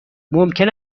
ممکن